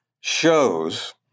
shows